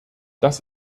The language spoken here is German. das